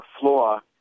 floor